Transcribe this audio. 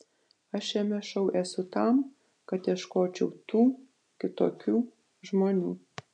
aš šiame šou esu tam kad ieškočiau tų kitokių žmonių